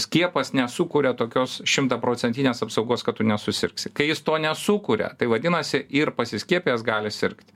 skiepas nesukuria tokios šimtaprocentinės apsaugos kad tu nesusirgsi kai jis to nesukuria tai vadinasi ir pasiskiepijęs gali sirgt